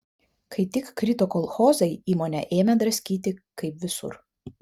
kai tik krito kolchozai įmonę ėmė draskyti kaip visur